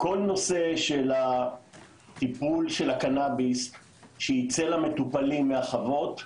כל נושא טיפול הקנאביס שייצא מהחוות למטופלים,